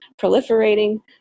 proliferating